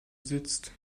sitzt